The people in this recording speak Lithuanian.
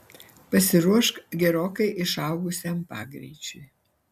pasiruošk gerokai išaugusiam pagreičiui